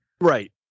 Right